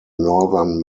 northern